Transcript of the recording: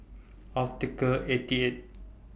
Optical eighty eight